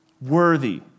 worthy